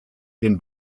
den